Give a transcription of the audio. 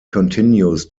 continues